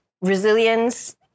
Resilience